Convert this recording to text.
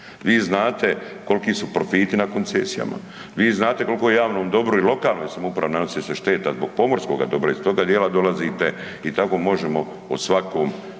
vi znate koliki su profiti na koncesijama, vi znate koliko javnom dobru i lokalnoj samoupravi nanosi se šteta zbog pomorskoga dobra, iz toga djela dolazite i tako možemo o svakom